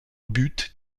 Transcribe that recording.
but